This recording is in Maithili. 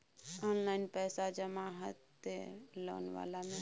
ऑनलाइन पैसा जमा हते लोन वाला में?